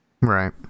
right